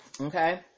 Okay